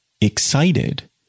excited